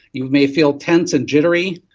you may feel tense and jittery.